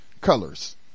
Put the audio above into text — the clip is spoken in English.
colors